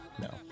No